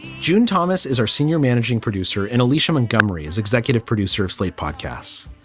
june thomas is our senior managing producer. and alicia montgomery is executive producer of slate podcasts.